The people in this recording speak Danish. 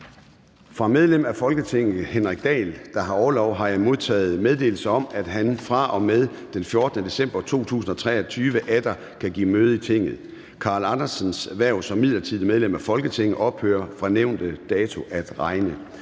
Fra medlem af Folketinget Henrik Dahl (LA), der har orlov, har jeg modtaget meddelelse om, at han fra og med den 14. december 2023 atter kan give møde i Tinget. Carl Andersens (LA) hverv som midlertidigt medlem af Folketinget ophører fra nævnte dato at regne.